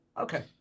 Okay